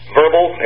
verbal